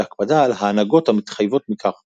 והקפדה על ההנהגות המתחייבות מכך,